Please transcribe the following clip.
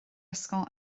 ysgol